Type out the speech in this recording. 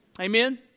Amen